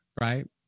right